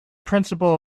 principle